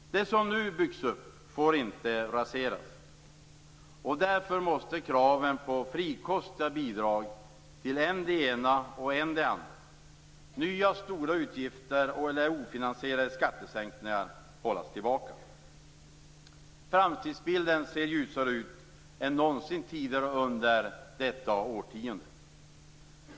Det som nu byggts upp får inte raseras. Därför måste kraven på frikostiga bidrag till än det ena och än det andra, nya stora utgifter eller ofinansierade skattesänkningar hållas tillbaka. Framtidsbilden ser ljusare ut än någonsin tidigare under detta årtionde.